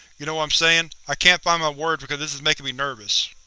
you know i'm saying. i can't find my words because this is making me nervous.